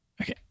Okay